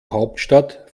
hauptstadt